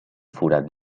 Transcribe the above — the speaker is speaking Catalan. forat